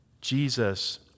Jesus